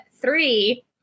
three